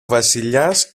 βασιλιάς